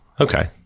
Okay